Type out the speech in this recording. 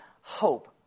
hope